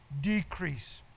decrease